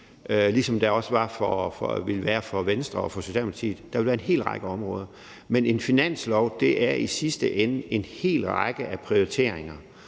ligesom der også ville være for Venstre og for Socialdemokratiet. Der ville være en hel række områder. Men en finanslov er i sidste ende en hel række prioriteringer,